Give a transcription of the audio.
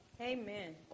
amen